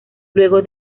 luego